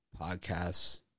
podcasts